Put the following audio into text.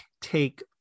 take